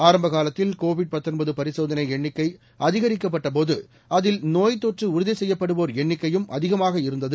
ஆரம்ப காலத்தில் கோவிட் பரிசோதனை எண்ணிக்கை அதிகரிக்கப்பட்டபோதுஇ அதில் நோய்த் தொற்று உறுதி செய்யப்படுவோர் எண்ணிக்கையும் அதிகமாக இருந்தது